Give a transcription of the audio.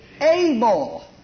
able